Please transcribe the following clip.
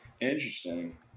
Interesting